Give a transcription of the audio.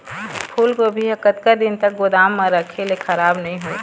फूलगोभी हर कतका दिन तक गोदाम म रखे ले खराब नई होय?